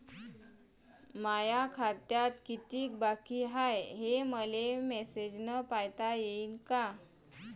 माया खात्यात कितीक बाकी हाय, हे मले मेसेजन पायता येईन का?